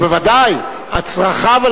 בוודאי, צרכיו.